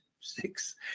six